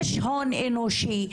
יש הון אנושי.